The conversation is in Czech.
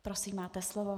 Prosím, máte slovo.